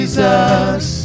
Jesus